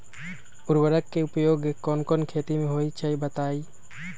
उर्वरक के उपयोग कौन कौन खेती मे होई छई बताई?